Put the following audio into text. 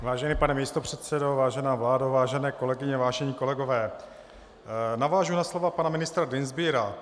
Vážený pane místopředsedo, vážená vládo, vážené kolegyně, vážení kolegové, navážu na slova pana ministra Dienstbiera.